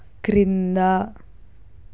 క్రింద